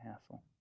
hassle